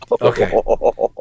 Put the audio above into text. Okay